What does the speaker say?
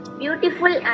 beautiful